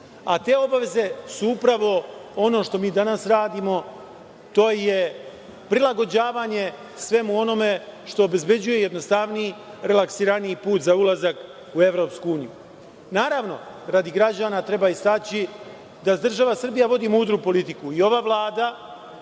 a te obaveze su upravo ono što mi danas radimo – prilagođavanje svemu onome što obezbeđuje jednostavniji, relaksiraniji put za ulazak u EU.Naravno, radi građana, treba istaći da država Srbija vodi mudru politiku i ova Vlada